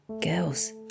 Girls